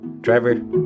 Driver